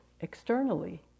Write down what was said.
externally